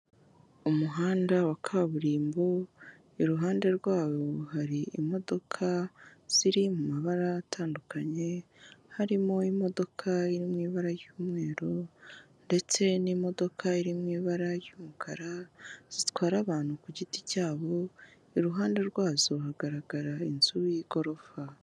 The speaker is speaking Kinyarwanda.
Umuhanda wa kaburimbo, iruhande rwawo hari imodoka ziri mu mabara atandukanye harimo imodoka iri mu ibara ry'umweru ndetse n'imodoka iri mu ibara ry'umukara zitwara abantu ku giti cyabo, iruhande rwazo hagaragara inzu y'igorofa.